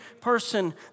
person